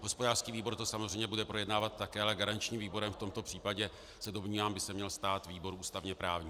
Hospodářský výbor to samozřejmě bude projednávat také, ale garančním výborem v tomto případě se domnívám, by se měl stát výbor ústavněprávní.